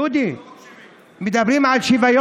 אני מקשיב, פטין, דבר אלינו.